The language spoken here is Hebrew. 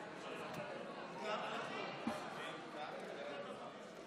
גברתי השרה, אני לא מצליח להבין.